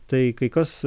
tai kai kas